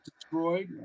destroyed